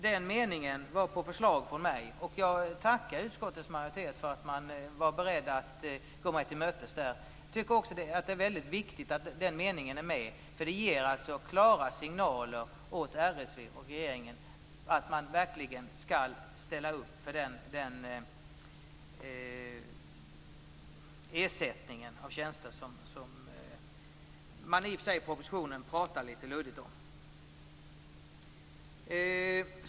Den meningen var ett förslag av mig, och jag vill tacka utskottets majoritet för att man var beredd att gå mig till mötes. Det är viktigt att den meningen finns med, eftersom den ger klara signaler till RSV och regeringen om att de verkligen skall ställa upp med den ersättning av tjänster som man i och för sig pratar litet luddigt om i propositionen.